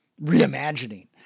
reimagining